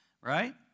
right